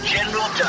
General